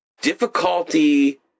difficulty